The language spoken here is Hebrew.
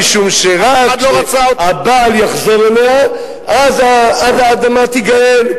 משום שרק כשהבעל יחזור אליה, אז האדמה תיגאל.